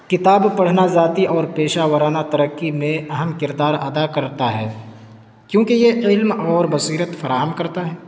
کتاب پڑھنا ذاتی اور پیشہ ورانہ ترقی میں اہم کردار ادا کرتا ہے کیوںکہ یہ علم اور بصیرت فراہم کرتا ہے